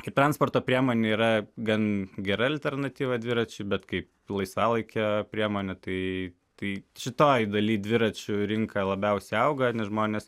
kaip transporto priemonė yra gan gera alternatyva dviračiui bet kaip laisvalaikio priemonė tai tai šitoj daly dviračių rinka labiausiai auga nes žmonės